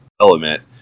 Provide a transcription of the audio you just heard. element